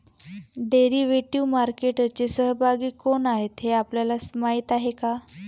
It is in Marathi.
डेरिव्हेटिव्ह मार्केटचे सहभागी कोण आहेत हे आपल्याला माहित आहे का?